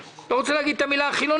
אני לא רוצה להגיד את המילה חילוני.